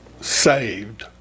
saved